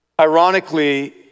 ironically